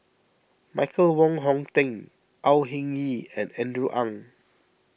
Michael Wong Hong Teng Au Hing Yee and Andrew Ang